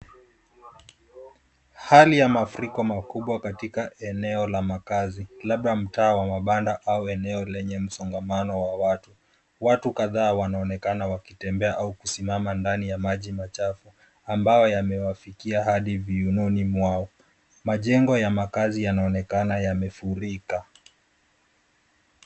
Hali ya mafuriko makubwa katika eneo la makazi labda mtaa wa mabanda au eneo lenye msongamano wa watu. Watu kadhaa wanaonekana wakitembea au kusimama ndani ya maji machafu ambayo yamewafikia hadi viunoni mwao. Majengo ya makazi yanaonekana yamefurika.